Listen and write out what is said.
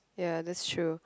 ya that's true